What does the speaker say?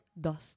dust